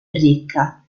ricca